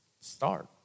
start